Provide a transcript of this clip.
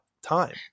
time